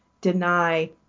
deny